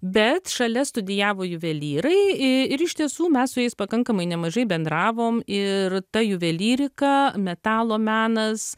bet šalia studija juvelyrai i ir iš tiesų mes su jais pakankamai nemažai bendravom ir ta juvelyrika metalo menas